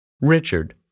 Richard